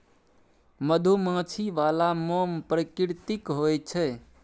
मधुमाछी बला मोम प्राकृतिक होए छै